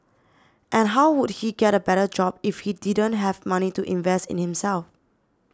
and how would he get a better job if he didn't have money to invest in himself